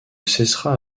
cessera